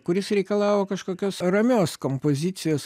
kuris reikalavo kažkokios ramios kompozicijos